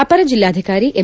ಅಪರ ಜಿಲ್ಲಾಧಿಕಾರಿ ಎಂ